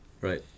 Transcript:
Right